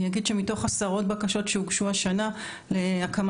אני אגיד שמתוך עשרות בקשות שהוגשו השנה להקמה